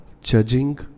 judging